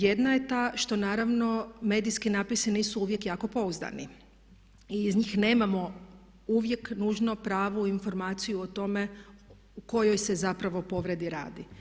Jedna je ta što naravno medijski natpisi nisu uvijek jako pouzdani i iz njih nemamo uvijek nužno pravu informaciju o tome u kojoj se zapravo povredi radi.